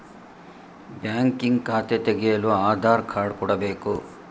banking ಖಾತೆ ತೆಗೆಯಲು Aadhaar card ಕೊಡಬೇಕು